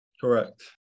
Correct